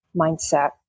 mindset